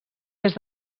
des